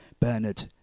bernard